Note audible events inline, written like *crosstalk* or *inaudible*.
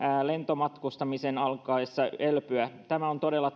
lentomatkustamisen alkaessa elpyä tätä pitää todella *unintelligible*